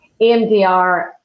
EMDR